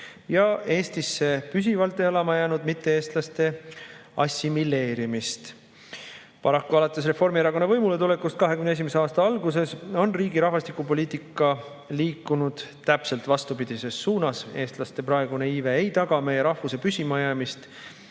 ja Eestisse püsivalt elama jäänud mitte-eestlaste assimileerumist. Paraku on alates Reformierakonna võimuletulekust 2021. aasta alguses riigi rahvastikupoliitika liikunud täpselt vastupidises suunas. Eestlaste praegune iive ei taga meie rahvuse püsima jäämist.